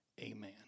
Amen